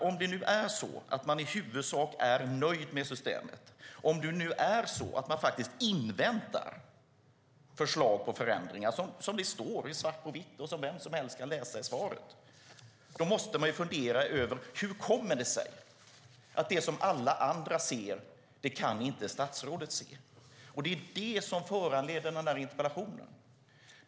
Om det nu är så att man i huvudsak är nöjd med systemet, om man faktiskt inväntar förslag på förändringar, som det står i svart på vitt och som vem som helst kan ta del av i svaret, då måste man fundera över: Hur kommer det sig att statsrådet inte kan se det alla andra ser? Det är det som föranleder interpellationen.